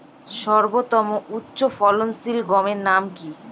সর্বতম উচ্চ ফলনশীল গমের নাম কি?